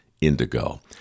indigo